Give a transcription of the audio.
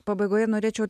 pabaigoje norėčiau